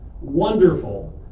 wonderful